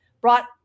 brought